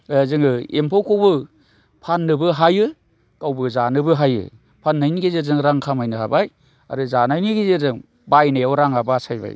जोङो एम्फौखौबो फाननोबो हायो गावबो जानोबो हायो फाननायनि गेजेरजों रां खामायनो हाबाय आरो जानायनि गेजेरजों बायनायाव राङा बासायबाय